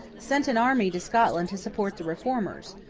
sent an army to scotland to support the reformers,